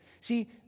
see